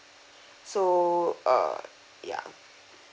so err yeah